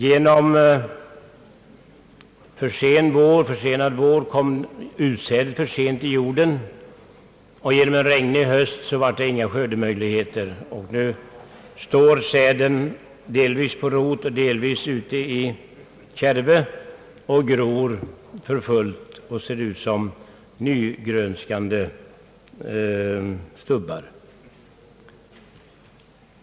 Genom en försenad vår kom utsädet för sent i jorden, och genom en regnig höst blev skördemöjligheterna dåliga. Nu står säden delvis på rot och delvis i kärve och gror för fullt, och kärvarna ser ut som nygrönskande stubbar.